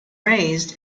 raised